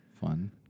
fun